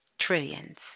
trillions